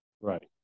Right